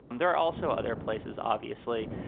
and there are also other places, obviously,